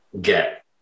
get